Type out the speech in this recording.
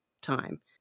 time